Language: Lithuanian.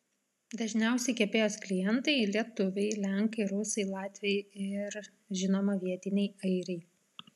dažniausi kepėjos klientai lietuviai lenkai rusai latviai ir žinoma vietiniai airiai